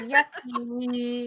Yucky